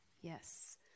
Yes